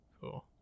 Cool